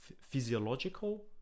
physiological